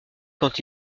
quand